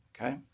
Okay